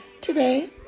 Today